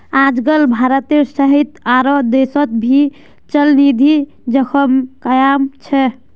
आजकल भारत सहित आरो देशोंत भी चलनिधि जोखिम कायम छे